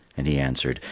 and he answered,